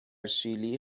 شیلی